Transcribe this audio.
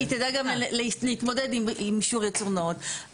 להתמודד עם אישור ייצור נאות.